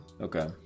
Okay